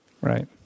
Right